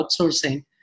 outsourcing